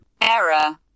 Error